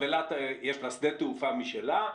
לאילת יש שדה תעופה משלה,